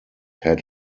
had